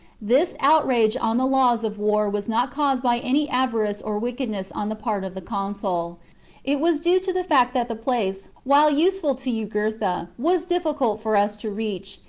this outrage on the laws of war was not caused by any avarice or wickedness on the part of the consul it was due to the fact that the place, while useful to jugurtha, was difficult for us to reach,